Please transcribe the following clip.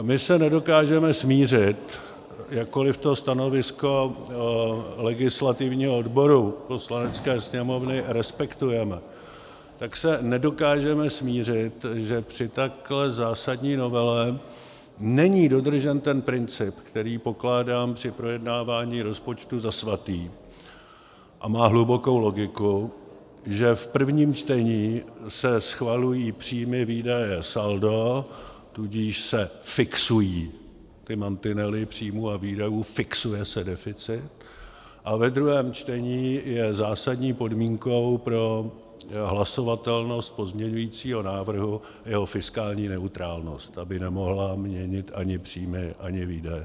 My se nedokážeme smířit, jakkoli to stanovisko legislativního odboru Poslanecké sněmovny respektujeme, tak se nedokážeme smířit, že při takhle zásadní novele není dodržen ten princip, který pokládám při projednávání rozpočtu za svatý a má hlubokou logiku, že v prvním čtení se schvalují příjmy, výdaje, saldo, tudíž se fixují ty mantinely příjmů a výdajů, fixuje se deficit, a ve druhém čtení je zásadní podmínkou pro hlasovatelnost pozměňujícího návrhu jeho fiskální neutrálnost, aby nemohla měnit ani příjmy, ani výdaje.